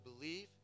believe